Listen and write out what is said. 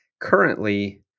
currently